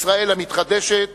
ישראל המתחדשת